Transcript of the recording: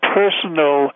personal